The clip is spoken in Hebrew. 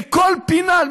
לכל פינה.